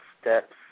steps